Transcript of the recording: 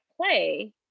play